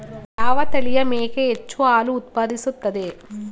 ಯಾವ ತಳಿಯ ಮೇಕೆ ಹೆಚ್ಚು ಹಾಲು ಉತ್ಪಾದಿಸುತ್ತದೆ?